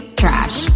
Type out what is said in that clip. trash